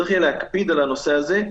צריך יהיה להקפיד על הנושא הזה.